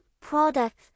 product